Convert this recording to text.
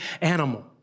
animal